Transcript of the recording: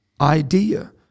idea